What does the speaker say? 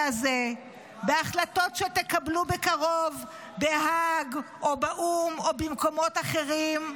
הזה בהחלטות שתקבלו בקרוב בהאג או באו"ם או במקומות אחרים,